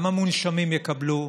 גם המונשמים יקבלו.